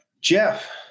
Jeff